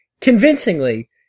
convincingly